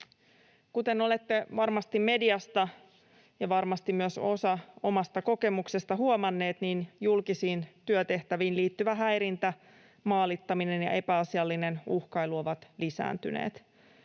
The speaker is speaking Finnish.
Kuten olette varmasti mediasta ja varmasti myös osa omasta kokemuksesta huomanneet, niin julkisiin työtehtäviin liittyvä häirintä, maalittaminen ja epäasiallinen uhkailu ovat lisääntyneet.